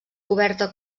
coberta